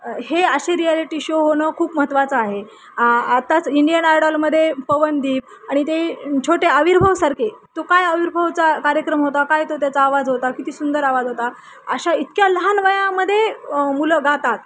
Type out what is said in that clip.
हे असे reality show होणं खूप महत्त्वाचं आहे आताच इंडियन आयडॉलमध्ये पवनदीप आणि ते छोटे आविर्भव सारखे तो काय आविर्भवचा कार्यक्रम होता काय तो त्याचा आवाज होता किती सुंदर आवाज होता अशा इतक्या लहान वयामध्ये मुलं गातात